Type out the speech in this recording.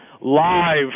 live